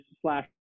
slash